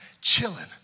chilling